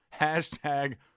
hashtag